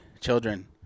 children